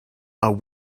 are